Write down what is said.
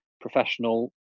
professional